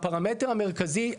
הפרמטר המרכזי,